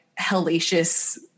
hellacious